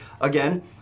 again